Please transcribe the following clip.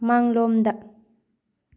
ꯃꯥꯡꯂꯣꯝꯗ